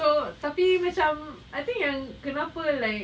so tapi macam I think yang kenapa like